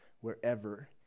wherever